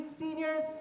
seniors